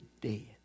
dead